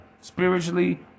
spiritually